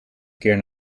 keer